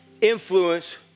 influence